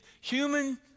human